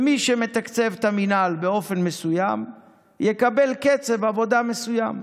מי שמתקצב את המינהל באופן מסוים יקבל קצב עבודה מסוים.